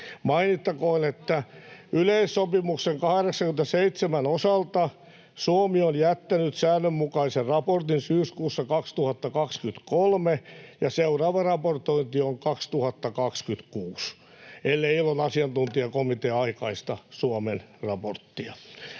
Mainittakoon, että yleissopimuksen 87 osalta Suomi on jättänyt säännönmukaisen raportin syyskuussa 2023 ja seuraava raportointi on 2026, ellei ILOn asiantuntijakomitea aikaista Suomen raporttia.